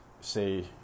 say